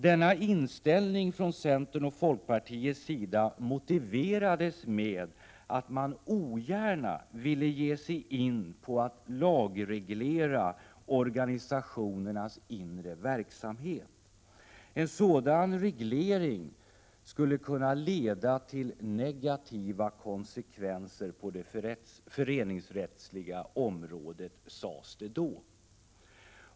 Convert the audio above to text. Denna inställning från centerns och folkpartiets sida motiverades med att man ogärna ville ge sig in på en lagreglering av organisationernas inre verksamhet. En sådan reglering skulle kunna få negativa konsekvenser på det föreningsrättsliga området, sades det då.